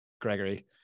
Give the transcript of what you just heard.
gregory